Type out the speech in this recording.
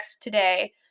today